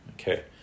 Okay